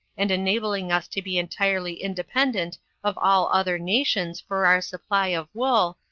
and enabling us to be entirely independent of all other nations for our supply of wool,